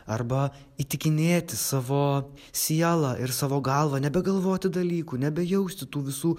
arba įtikinėti savo sielą ir savo galvą nebegalvoti dalykų nebejausti tų visų